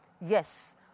Yes